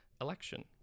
Election